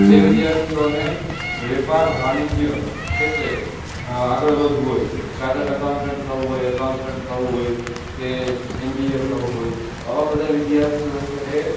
જે વિદ્યાર્થીઓને વેપાર વાણિજ્ય ક્ષેત્રે આગળ વધવું હોય ચાર્ટર્ડ અકાઉન્ટન્ટ થવું હોય અકાઉન્ટન્ટ થવું હોય કે એમબીએ થવું હોય તો આવા બધા વિદ્યાર્થીઓ હોય છે એ